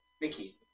Mickey